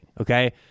Okay